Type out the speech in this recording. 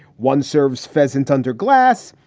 one serves pheasant under glass,